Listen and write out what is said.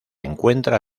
encuentra